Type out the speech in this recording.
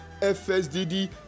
FSDD